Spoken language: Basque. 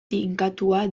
tinkatua